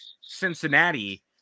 Cincinnati